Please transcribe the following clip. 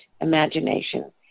imagination